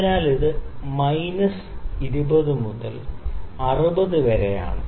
അതിനാൽ ഇത് മൈനസ് 20 ℃ മുതൽ 60 വരെയാണ്